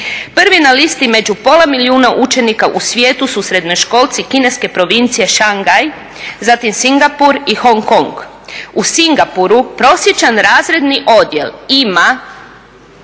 Prvi na listi među pola milijuna učenika u svijetu su srednjoškolci kineske provincije Šangaj zatim Singapur i Hong Kong. U Singapuru prosječni razredni odjel ima